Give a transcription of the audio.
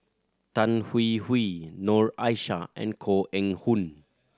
Tan Hwee Hwee Noor Aishah and Koh Eng Hoon